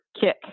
kick